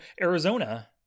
arizona